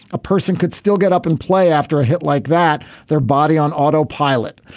a person could still get up and play after a hit like that their body on autopilot.